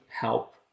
help